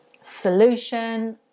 solution